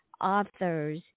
authors